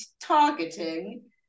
targeting